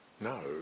no